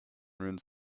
ruins